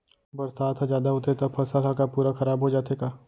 बरसात ह जादा होथे त फसल ह का पूरा खराब हो जाथे का?